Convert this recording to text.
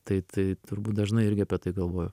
tai tai turbūt dažnai irgi apie tai galvoju